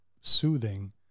soothing